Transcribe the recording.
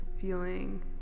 feeling